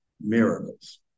miracles